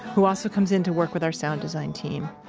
who also comes in to work with our sound design team.